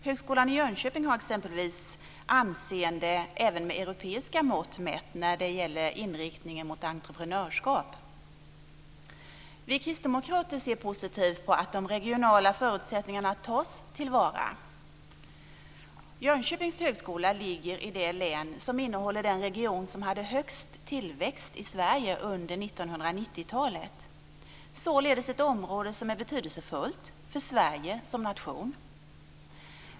Högskolan i Jönköping har exempelvis anseende även med europeiska mått mätt när det gäller inriktningen mot entreprenörskap. Vi kristdemokrater ser positivt på att de regionala förutsättningarna tas till vara. Jönköpings högskola ligger i det län som innehåller den region som hade högst tillväxt i Sverige under 1990-talet. Det är således ett område som är betydelsefullt för Sverige som nation.